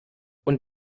und